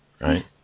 right